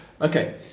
Okay